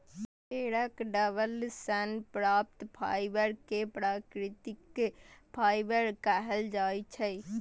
पेड़क डंठल सं प्राप्त फाइबर कें प्राकृतिक फाइबर कहल जाइ छै